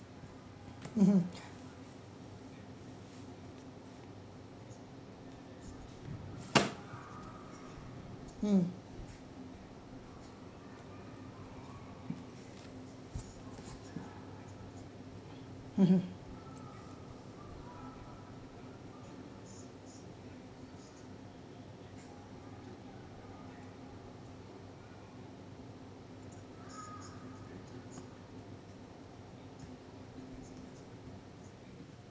mmhmm mm mmhmm